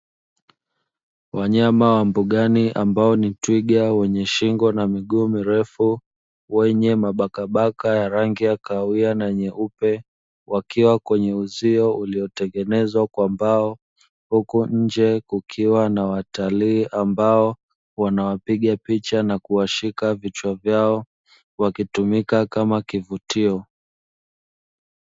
Wanyama wa mbugani, ambao ni twiga wenye shingo na miguu mirefu, wenye mabakamabaka ya rangi ya kahawia na nyeupe, wakiwa kwenye uzio uliotengenezwa kwa mbao, huku nje kukiwa na watalii ambao wanawapiga picha na kuwashika vichwa vyao, wakitumika kama kivutio.